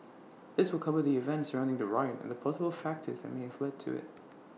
this will cover the events surrounding the riot and the possible factors that may have led to IT